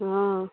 हॅं